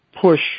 push